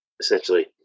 essentially